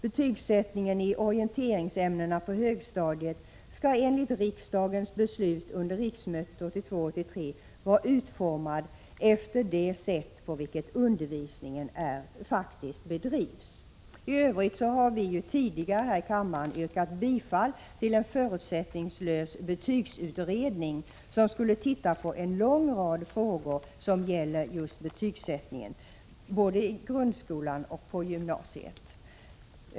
Betygsättningen i orienteringsämnena på högstadiet skall enligt riksdagens beslut under riksmötet 1982/83 vara utformad efter det sätt på vilket undervisningen faktiskt bedrivs.” Vi har tidigare yrkat bifall till en förutsättningslös betygsutredning, som skulle se över en lång rad frågor som gäller just betygsättningen både i grundskolan och på gymnasiet.